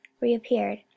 reappeared